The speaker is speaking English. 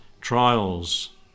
trials